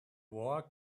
war